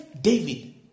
David